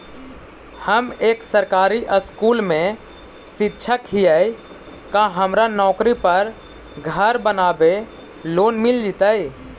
हम एक सरकारी स्कूल में शिक्षक हियै का हमरा नौकरी पर घर बनाबे लोन मिल जितै?